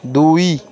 ଦୁଇ